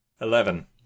Eleven